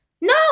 No